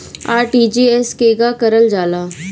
RTGS केगा करलऽ जाला?